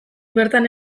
bertan